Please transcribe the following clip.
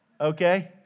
Okay